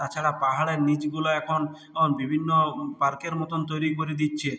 তাছাড়া পাহাড়ের নিচগুলা এখন অন বিভিন্ন পার্কের মতন তৈরি করে দিচ্ছে